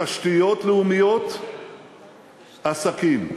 תשתיות לאומיות, עסקים.